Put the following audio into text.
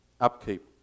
upkeep